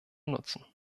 nutzen